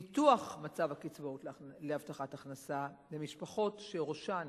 ניתוח מצב הקצבאות להבטחת הכנסה למשפחות שראשן